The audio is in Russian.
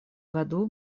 году